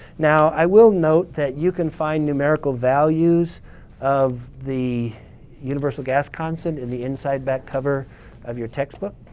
now i will note that you can find numerical values of the universal gas constant in the inside back cover of your textbook.